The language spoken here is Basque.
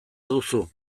duzu